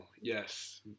yes